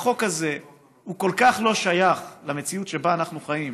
החוק הזה הוא כל כך לא שייך למציאות שבה אנחנו חיים,